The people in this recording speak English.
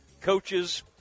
coaches